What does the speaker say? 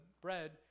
bread